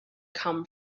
come